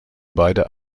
beide